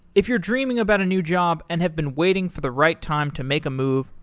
if you're dreaming about a new job and have been waiting for the right time to make a move,